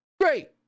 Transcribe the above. Great